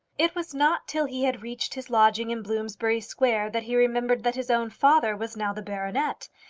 it was not till he had reached his lodgings in bloomsbury square that he remembered that his own father was now the baronet,